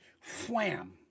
flam